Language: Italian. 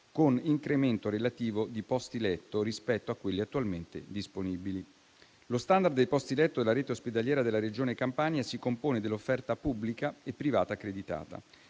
con incremento relativo di posti letto rispetto a quelli attualmente disponibili. Lo *standard* dei posti letto della rete ospedaliera della Regione Campania si compone dell'offerta pubblica e privata accreditata.